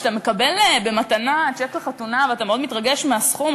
כשאתה מקבל במתנה צ'ק לחתונה ואתה מאוד מתרגש מהסכום,